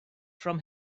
from